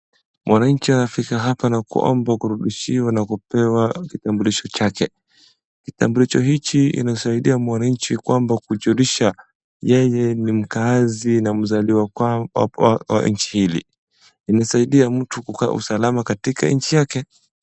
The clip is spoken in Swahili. Mwananchi amefika hapa na kuomba kurudishiwa na kupewa kitambulisho chake. Kitambulisho hiki kinasaidia mwananchi kwamba kujulisha yeye ni mkaazi na mzaliwa kwao. Imesaidia mtu kukaa usalama katika nchi yake.